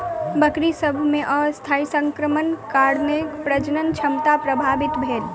बकरी सभ मे अस्थायी संक्रमणक कारणेँ प्रजनन क्षमता प्रभावित भेल